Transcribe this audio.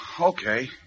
Okay